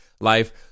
life